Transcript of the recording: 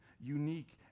unique